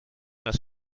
das